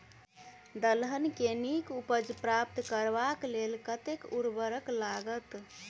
दलहन केँ नीक उपज प्राप्त करबाक लेल कतेक उर्वरक लागत?